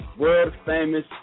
world-famous